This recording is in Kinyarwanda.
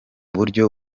buryo